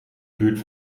buurt